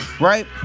right